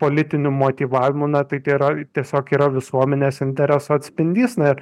politiniu motyvavimu na tai tėra tiesiog yra visuomenės intereso atspindys na ir